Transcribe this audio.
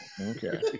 Okay